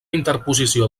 interposició